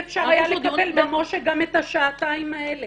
אפשר היה לקבל במש"ה גם את השעתיים האלה.